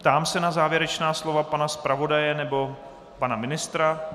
Ptám se na závěrečná slova pana zpravodaje nebo pana ministra.